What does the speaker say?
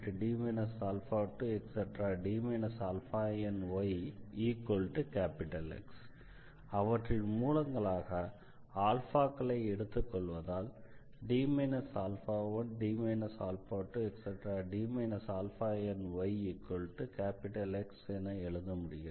⟹D 1D 2⋯yX அவற்றின் மூலங்களாக க்களை எடுத்துக்கொள்வதால் D 1D 2⋯yX என எழுத முடிகிறது